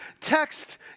text